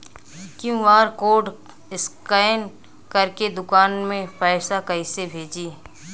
QR code scan करके दुकान में पैसा कइसे भेजी?